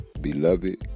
Beloved